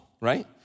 right